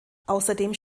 außerdem